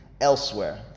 Elsewhere